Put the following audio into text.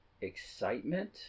excitement